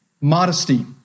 Modesty